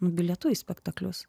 bilietų į spektaklius